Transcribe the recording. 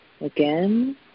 Again